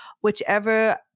whichever